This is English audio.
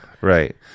right